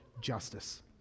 justice